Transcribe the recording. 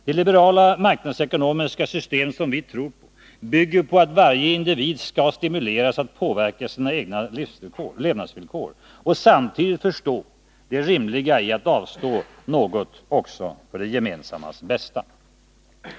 Det liberala marknadsekonomiska system som vi tror på bygger på att varje individ skall stimuleras att påverka sina egna levnadsvillkor och samtidigt förstå det rimliga i att avstå något också för det gemensammas bästa.